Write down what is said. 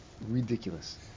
Ridiculous